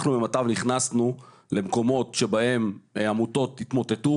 אנחנו ממטב נכנסנו למקומות שבהם עמותות התמוטטו.